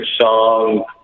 song